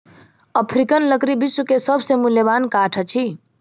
African लकड़ी विश्व के सभ से मूल्यवान काठ अछि